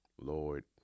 Lord